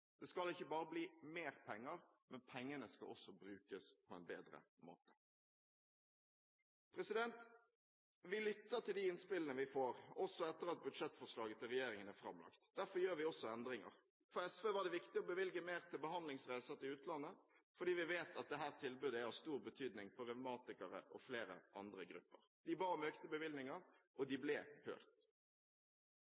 Det skal ikke bare bli mer penger, pengene skal også brukes på en bedre måte. Vi lytter til de innspillene vi får, også etter at budsjettforslaget til regjeringen er framlagt. Derfor gjør vi også endringer. For SV var det viktig å bevilge mer til behandlingsreiser til utlandet fordi vi vet at dette tilbudet er av stor betydning for revmatikere og flere andre grupper. De ba om økte bevilgninger, og de